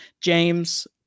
James